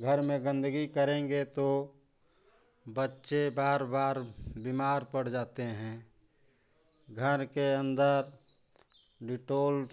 घर में गंदगी करेंगे तो बच्चे बार बार बीमार पड़ जाते हैं घर के अंदर डिटोल